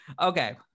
Okay